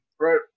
right